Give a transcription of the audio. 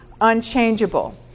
unchangeable